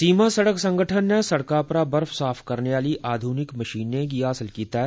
सीमा सड़क संगठन नै सड़का परा बर्फ साफ करने आलिएं आधुनिक मशीनें गी हासल कीता ऐ